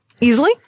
Easily